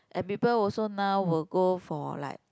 and people also now will go for like